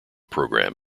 program